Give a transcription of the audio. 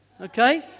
okay